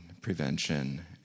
prevention